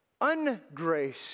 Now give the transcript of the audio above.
ungrace